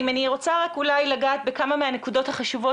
אם אני רוצה רק אולי לגעת בכמה מהנקודות החשובות